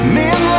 men